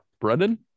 Brendan